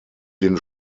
den